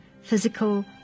physical